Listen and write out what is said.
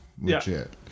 legit